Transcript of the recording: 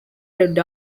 red